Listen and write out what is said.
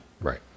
Right